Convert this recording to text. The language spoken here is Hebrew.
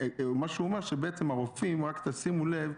מה שהוא אומר שהרופאים, רק תשימו לב,